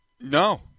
No